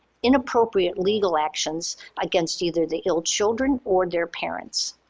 inappropriate legal actions against either the ill children or their parents.